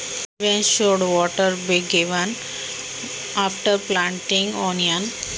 कांदा लागवडी नंतर पाणी कधी द्यावे लागते?